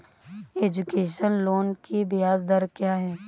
Education loan की ब्याज दर क्या है?